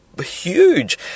huge